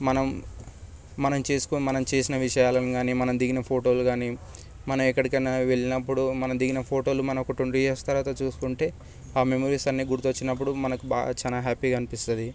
మనం చేసుకున్న మనం చేసిన విషయాలకు గానీ మనం దిగిన ఫోటోలు గానీ మనం ఎక్కడికైనా వెళ్ళినప్పుడు మనం దిగిన కుటుంబంతో టెన్ ఇయర్స్ తర్వాత చూసుకుంటే ఆ మెమరీస్ అన్ని గుర్తొచ్చినప్పుడు మనకుబాగా చాలా హ్యాపీగా అనిపిస్తుంది